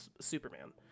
Superman